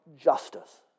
justice